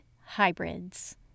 hybrids